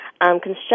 construction